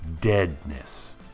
deadness